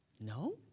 No